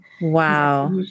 Wow